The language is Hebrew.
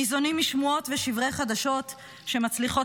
שניזונים משמועות ושברי חדשות שמצליחים